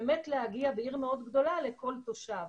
באמת להגיע בעיר מאוד גדולה לכל תושב.